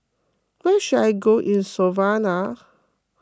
where should I go in Slovenia